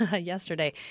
yesterday